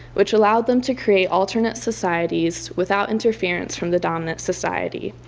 which allowed them to create alternate societies without interference from the dominant society.